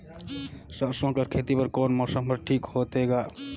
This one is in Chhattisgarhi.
सरसो कर खेती बर कोन मौसम हर ठीक होथे ग?